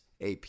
AP